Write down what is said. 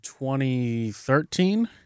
2013